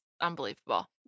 unbelievable